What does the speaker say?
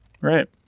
Right